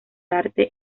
arte